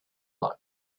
luck